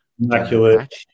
Immaculate